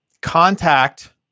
Contact